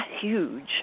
huge